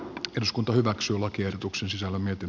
eduskunta hyväksyi lakiehdotuksen sisällä mietin